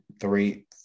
three